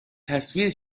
تصویر